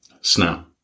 Snap